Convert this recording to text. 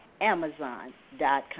amazon.com